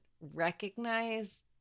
recognize